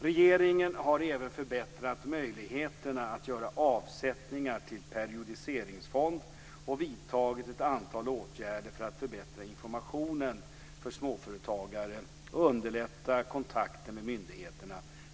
Regeringen har även förbättrat möjligheterna att göra avsättningar till periodiseringsfond och vidtagit ett antal åtgärder för att förbättra informationen för småföretagare och underlätta kontakten med myndigheterna.